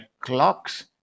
clocks